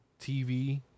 TV